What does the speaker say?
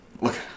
Look